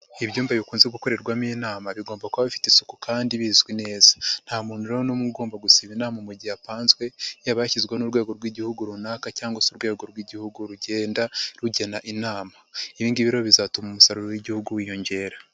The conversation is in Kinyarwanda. Ibyumba bikunze gukorerwamo inama bigomba kuba bifite isuku kandi bizwi neza, nta muntu rero n'umwe ugomba gusiba inama mu gihe apanzwe, yaba yashyizweho n'urwego rw'igihugu runaka cyangwa se urwego rw'igihugu rugenda rugena inama, ibi ngibi rero bizatuma umusaruro w'igihugu wiyongera.